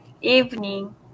evening